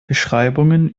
beschreibungen